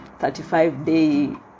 35-day